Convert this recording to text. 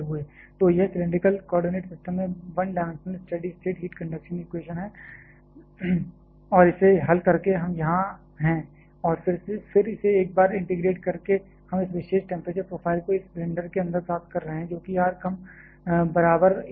तो यह cylindrical coordinate system में one dimensional steady state heat conduction equation है और इसे हल करके हम यहाँ हैं और फिर इसे एक बार फिर इंटीग्रेट करके हम इस विशेष टेंपरेचर प्रोफ़ाइल को इस सिलेंडर के अंदर प्राप्त कर रहे हैं जो कि r कम बराबर a के लिए है